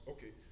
Okay